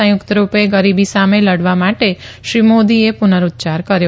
સંયુકત રૂપે ગરીબી સામે લડવા માટે શ્રી મોદીએ પુનરૂચ્યાર કર્યો